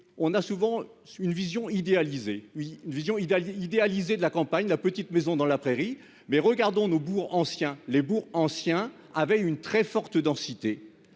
Vision idéale idéalisée de la campagne La Petite Maison dans La Prairie mais regardons nos bourgs anciens les bourgs anciens avait une très forte densité.